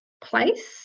place